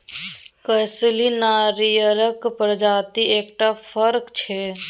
कसैली नारियरक प्रजातिक एकटा फर छै